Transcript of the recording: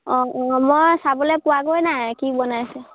অঁ অঁ মই চাবলৈ পোৱাগৈয়ে নাই কি বনাইছে